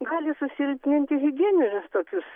gali susilpninti higieninius tokius